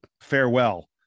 farewell